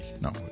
no